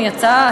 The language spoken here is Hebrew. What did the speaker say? הוא יצא,